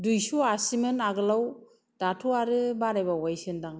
दुइस' आसिमोन आगोलाव दाथ' आरो बाराय बावबायसोन्दां